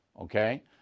okay